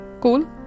cool